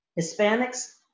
Hispanics